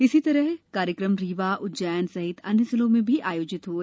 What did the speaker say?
इसी तरह का कार्यक्रम रीवा उज्जैन सहित अन्य जिलों में भी हुए